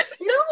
No